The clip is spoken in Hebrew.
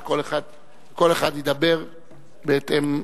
וכל אחד ידבר בהתאם.